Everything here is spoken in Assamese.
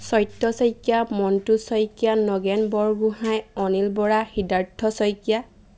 সত্য শইকীয়া মন্তু শইকীয়া নগেন বৰগোহাঁই অনিল বৰা হৃদাৰ্থ শইকীয়া